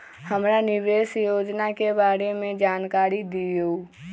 हमरा निवेस योजना के बारे में जानकारी दीउ?